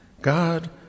God